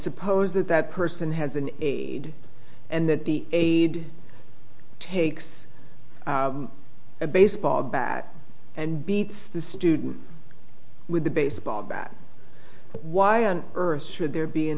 suppose that that person has an ad and that the aide takes a baseball bat and beat the student with a baseball bat why on earth should there be